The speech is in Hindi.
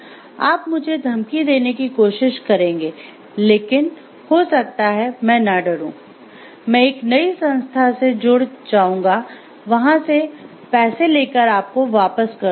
आप मुझे धमकी देने की कोशिश करेंगे लेकी हो सकता है मैं न डरूं मैं एक नई संस्था से जुड़ जाऊंगा वहां से पैसे लेकर आपको वापस कर दूंगा